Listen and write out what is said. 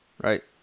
Right